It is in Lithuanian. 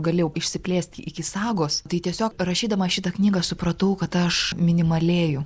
galėjau išsiplėst iki sagos tai tiesiog rašydama šitą knygą supratau kad aš minimalėju